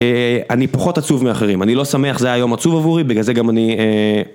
אני פחות עצוב מאחרים, אני לא שמח זה היום עצוב עבורי. בגלל זה גם אני...